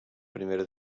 primera